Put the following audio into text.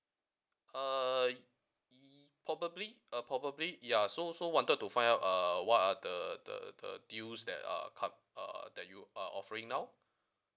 uh y~ probably uh probably ya so so wanted to find out uh what are the the the deals that are come uh that you are offering now